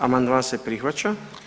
Amandman se prihvaća.